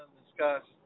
discuss